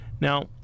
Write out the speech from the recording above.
Now